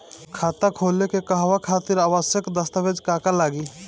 खाता खोले के कहवा खातिर आवश्यक दस्तावेज का का लगी?